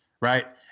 right